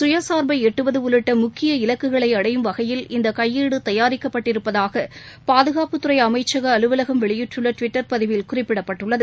சுயசார்பைஎட்டுவதுஉள்ளிட்டமுக்கிய இலக்குகளைஅடையும் வகையில் இந்தகையேடுதயாரிக்கப்பட்டிருப்பதாகபாதுகாப்புத் துறைஅமம்சகஅலுவலகம் வெளியிட்டுள்ளடுவிட்டர் பதிவில் குறிப்பிடப்பட்டுள்ளது